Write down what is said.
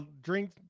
drink